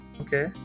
Okay